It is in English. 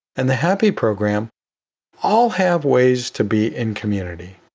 and the hapi program all have ways to be in community.